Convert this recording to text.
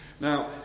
Now